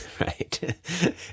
Right